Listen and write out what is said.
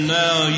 now